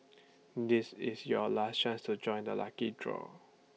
this is your last chance to join the lucky draw